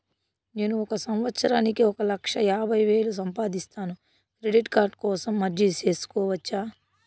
నేను ఒక సంవత్సరానికి ఒక లక్ష యాభై వేలు సంపాదిస్తాను, క్రెడిట్ కార్డు కోసం అర్జీ సేసుకోవచ్చా?